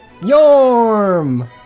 YORM